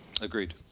Agreed